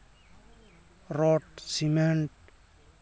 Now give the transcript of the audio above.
ᱨᱚᱴ cement